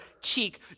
cheek